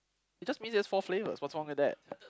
it just means it's four flavours what's wrong with that